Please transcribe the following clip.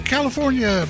California